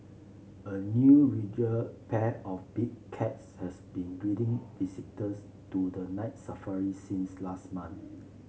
a new regal pair of big cats has been greeting visitors to the Night Safari since last month